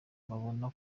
babona